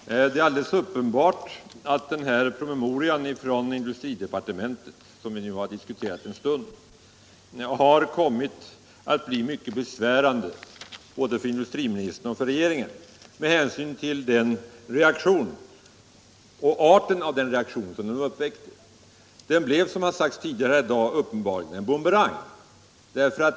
Herr talman! Det är alldeles uppenbart att den promemoria från industridepartementet som vi nu diskuterat en stund har kommit att bli mycket besvärande både för industriministern och för regeringen genom arten av den reaktion som den uppväckt. Promemorian ger, som har sagts tidigare här i dag, tydligen en bumerangeffekt.